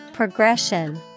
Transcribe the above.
PROGRESSION